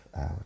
out